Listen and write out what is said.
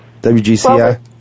WGCI